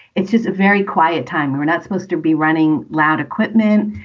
it's just a very quiet time. we're not supposed to be running loud equipment.